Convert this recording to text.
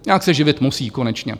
Nějak se živit musí konečně.